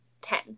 Ten